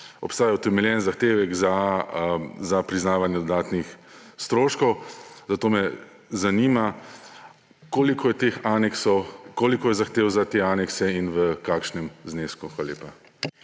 obstaja utemeljen zahtevek za priznavanje dodatnih stroškov. Zato me zanima: Koliko je teh aneksov? Koliko je zahtev za te anekse in v kakšnem znesku? Hvala lepa.